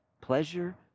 pleasure